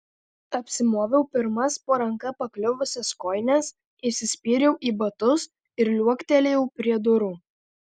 apsimoviau pirmas po ranka pakliuvusias kojines įsispyriau į batus ir liuoktelėjau prie durų